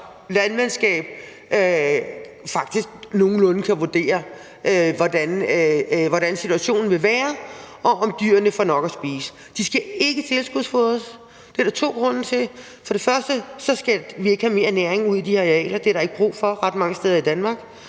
godt landmandskab nogenlunde kan vurdere, hvordan situationen vil være, og om dyrene får nok at spise. De skal ikke tilskudsfodres, og det er der to grunde til: For det første skal vi ikke have mere næring ud i de her arealer – det er der ikke brug for ret mange steder i Danmark,